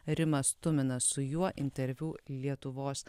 rimas tuminas su juo interviu lietuvos